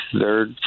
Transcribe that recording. third